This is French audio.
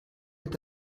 est